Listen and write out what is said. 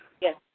Yes